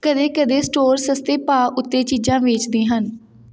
ਕਦੇ ਕਦੇ ਸਟੋਰ ਸਸਤੇ ਭਾਅ ਉੱਤੇ ਚੀਜ਼ਾਂ ਵੇਚਦੇ ਹਨ